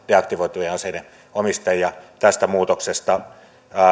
deaktivoitujen aseiden omistajille tästä muutoksesta